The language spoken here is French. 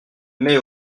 mets